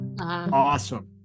awesome